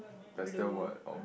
blue